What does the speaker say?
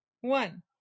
one